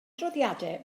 adroddiadau